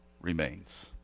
remains